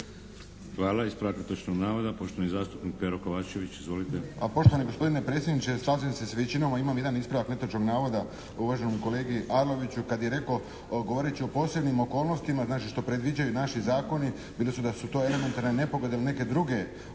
Hvala. Ispravak netočnog navoda poštovani zastupnik Pero Kovačević. Izvolite.